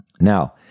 Now